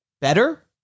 Better